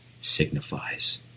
signifies